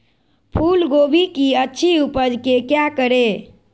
फूलगोभी की अच्छी उपज के क्या करे?